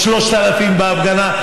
או 3,000 בהפגנה,